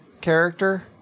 character